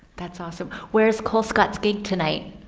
that's awesome. where's colescott's gig tonight.